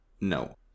No